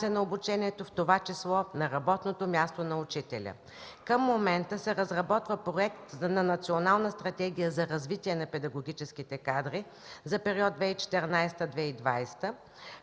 на обучението, в това число на работното място на учителя. Към момента се разработва проект за Национална стратегия за развитие на педагогическите кадри за периода 2014-2020